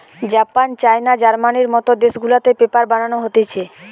Japan, China, জার্মানির মত দেশ গুলাতে পেপার বানানো হতিছে